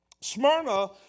Smyrna